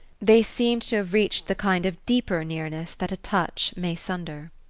they seemed to have reached the kind of deeper nearness that a touch may sunder.